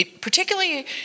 Particularly